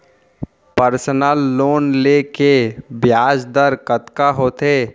Personal loan ले के ब्याज दर कतका होथे?